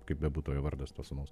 kaip bebūtų jo vardas to sūnaus